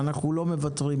ואנחנו לא מוותרים,